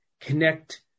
connect